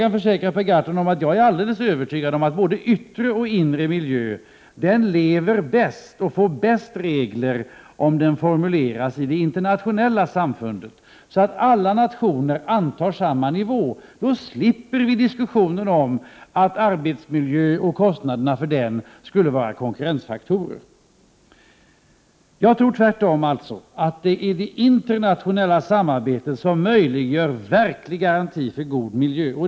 Jag är, Per Gahrton, alldeles övertygad om att det är bäst för både den yttre och den inre miljön — och reglerna blir bäst — om formuleringarna görs i det internationella samfundet, så att alla nationer antar samma nivå. Då slipper vi diskussioner om att arbetsmiljön och kostnaderna för denna skulle vara konkurrensfaktorer. Jag tror tvärtom att det är det internationella samarbetet som möjliggör verklig garanti för god miljö.